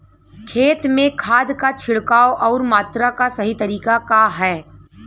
खेत में खाद क छिड़काव अउर मात्रा क सही तरीका का ह?